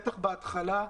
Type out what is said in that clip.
בטח בהתחלה,